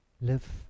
Live